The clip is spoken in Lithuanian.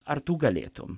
ar tu galėtum